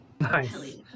Nice